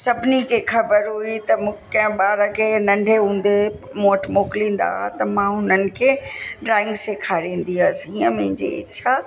सभिनी खे ख़बर हुई त म कंहिं ॿार खे नंढे हूंदे मूं वटि मोकिलींदा हुआ त मां हुननि खे ड्रॉइंग सेखारींदी हुअसि हीअं मुंहिंजी इच्छा